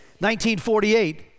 1948